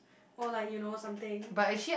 or like you know something